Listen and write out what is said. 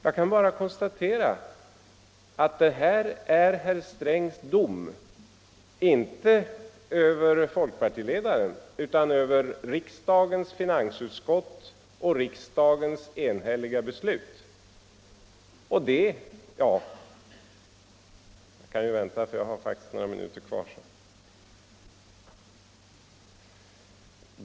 Jag kan bara konstatera att detta är herr Strängs dom — inte över folkpartiledaren utan över riksdagens finansutskott och riksdagens enhälliga beslut.